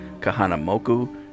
Kahanamoku